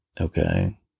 Okay